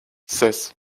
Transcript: ses